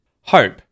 Hope